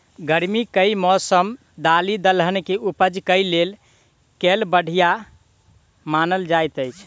गर्मी केँ मौसम दालि दलहन केँ उपज केँ लेल केल बढ़िया मानल जाइत अछि?